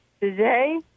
Today